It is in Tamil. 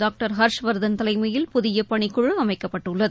டாக்டர் ஹர்ஷ்வர்தன் தலைமையில் புதிய பணிக்குழு அமைக்கப்பட்டுள்ளது